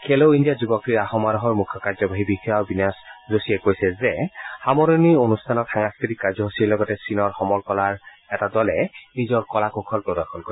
খেলো ইণ্ডিয়া যুৱ ক্ৰীড়া সমাৰোহৰ মুখ্য কাৰ্যবাহী বিষয়া অবিনাশ যোশীয়ে কৈছে যে সামৰণি অনুষ্ঠানত সাংস্কৃতিক কাৰ্যসূচীৰ লগতে চীনৰ সমৰ কলাৰ এটা দলে নিজৰ কলা কৌশল প্ৰদৰ্শন কৰিব